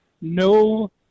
no